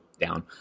down